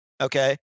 okay